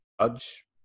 judge